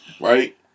right